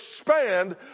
expand